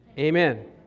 Amen